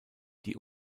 die